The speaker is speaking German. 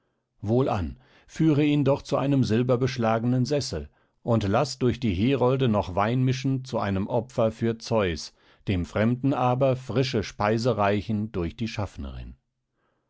wohlan führe ihn doch zu einem silberbeschlagenen sessel und laß durch die herolde noch wein mischen zu einem opfer für zeus dem fremden aber frische speise reichen durch die schaffnerin